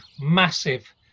massive